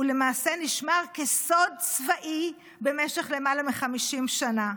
ולמעשה נשמר כסוד צבאי במשך למעלה מ-50 שנה.